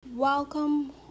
Welcome